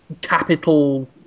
capital